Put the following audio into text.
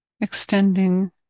extending